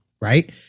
right